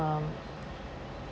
um